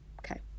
okay